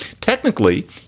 technically